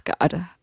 God